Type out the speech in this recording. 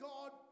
God